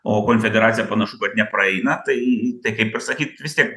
o konfederacija panašu kad nepraeina tai tai kaip ir sakyt vis tiek